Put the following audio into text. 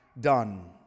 done